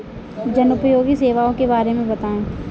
जनोपयोगी सेवाओं के बारे में बताएँ?